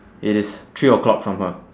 it is three O clock from her